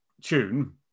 tune